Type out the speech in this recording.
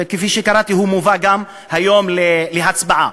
שכפי שקראתי גם מובא היום להצבעה.